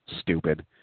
Stupid